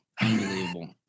Unbelievable